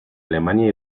alemania